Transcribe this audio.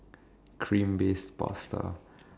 cream based pasta